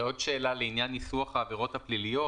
ועוד שאלה לעניין ניסוח העבירות הפליליות,